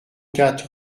quatre